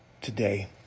today